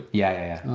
yeah, yeah.